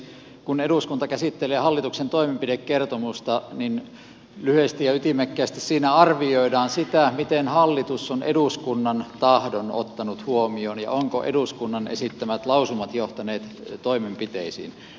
kun eduskunta käsittelee hallituksen toimenpidekertomusta niin lyhyesti ja ytimekkäästi siinä arvioidaan sitä miten hallitus on eduskunnan tahdon ottanut huomioon ja ovatko eduskunnan esittämät lausumat johtaneet toimenpiteisiin